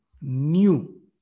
new